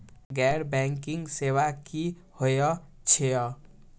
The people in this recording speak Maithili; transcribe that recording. गैर बैंकिंग सेवा की होय छेय?